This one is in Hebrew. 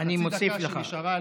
בחצי הדקה שנשארה לי,